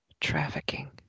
trafficking